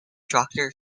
doctor